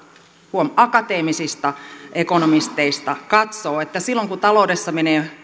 huom akateemisista ekonomisteista katsoo että silloin kun taloudessa menee